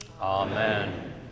Amen